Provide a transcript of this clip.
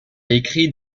écrit